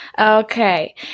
Okay